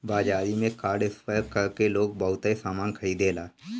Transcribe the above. बाजारी में card swipe कर के लोग बहुते सामना खरीदेला